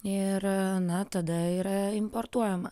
ir na tada yra importuojama